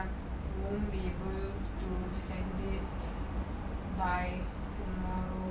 we won't be able to send it by tomorrow